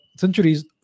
centuries